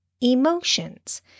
emotions